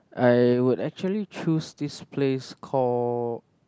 I would actually choose this place call